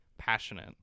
passionate